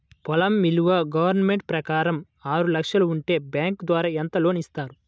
పొలం విలువ గవర్నమెంట్ ప్రకారం ఆరు లక్షలు ఉంటే బ్యాంకు ద్వారా ఎంత లోన్ ఇస్తారు?